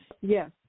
Yes